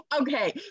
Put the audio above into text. Okay